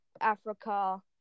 Africa